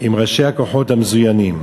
עם ראשי הכוחות המזוינים.